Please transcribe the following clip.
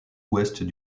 ouest